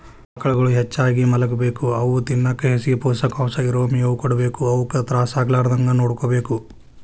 ಆಕಳುಗಳು ಹೆಚ್ಚಾಗಿ ಮಲಗಬೇಕು ಅವು ತಿನ್ನಕ ಹೆಚ್ಚಗಿ ಪೋಷಕಾಂಶ ಇರೋ ಮೇವು ಕೊಡಬೇಕು ಅವುಕ ತ್ರಾಸ ಆಗಲಾರದಂಗ ನೋಡ್ಕೋಬೇಕು